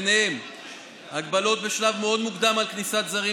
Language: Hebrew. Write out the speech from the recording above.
ובהם הגבלות בשלב מאוד מוקדם על כניסת זרים